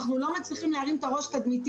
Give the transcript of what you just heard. אנחנו לא מצליחים להרים את הראש תדמיתית